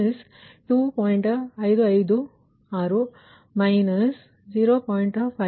556 at minus 0